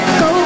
go